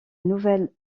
nouvel